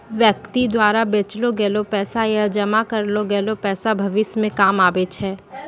व्यक्ति द्वारा बचैलो गेलो पैसा या जमा करलो गेलो पैसा भविष्य मे काम आबै छै